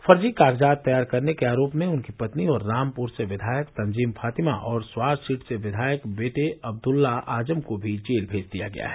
फर्जी कागजात तैयार करने के आरोप में उनकी पत्नी और रामपुर से विधायक तंजीम फातिमा और स्वार सीट से विधायक बेटे अब्दल्ला आजम को भी जेल भेज दिया गया है